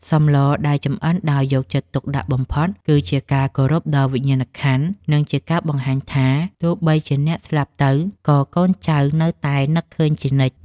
សម្លដែលចម្អិនដោយយកចិត្តទុកដាក់បំផុតគឺជាការគោរពដល់វិញ្ញាណក្ខន្ធ និង ជាការបង្ហាញថាទោះបីជាអ្នកស្លាប់ទៅក៏កូនចៅនៅតែនឹកឃើញជានិច្ច។